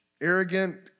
arrogant